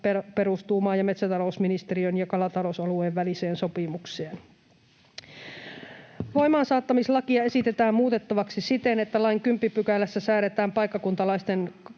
perustuu maa‑ ja metsätalousministeriön ja kalatalousalueen väliseen sopimukseen. Voimaansaattamislakia esitetään muutettavaksi siten, että lain 10 §:ssä säädetään paikkakuntalaisten